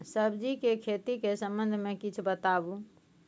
सब्जी के खेती के संबंध मे किछ बताबू?